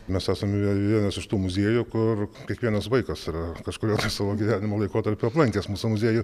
mes esam ve vienas iš tų muziejų kur kiekvienas vaikas yra kažkuriuo savo gyvenimo laikotarpiu aplankęs mūsų muziejų